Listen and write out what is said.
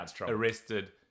arrested